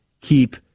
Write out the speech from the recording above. keep